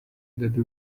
that